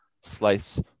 slice